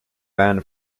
ban